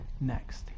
next